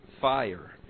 fire